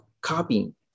copying